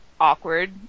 awkward